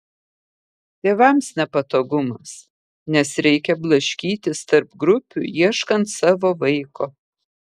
tėvams nepatogumas nes reikia blaškytis tarp grupių ieškant savo vaiko